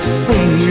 sing